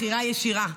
בחירה ישירה.